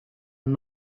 and